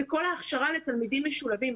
זה כל ההכשרה לתלמידים משולבים.